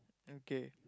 okay